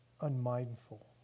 unmindful